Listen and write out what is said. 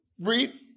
read